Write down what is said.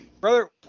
brother